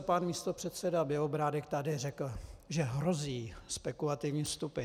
Pan místopředseda Bělobrádek tady řekl, že hrozí spekulativní vstupy.